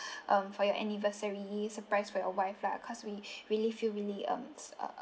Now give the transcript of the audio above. um for your anniversary surprise for your wife lah cause we really feel really um uh